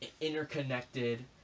interconnected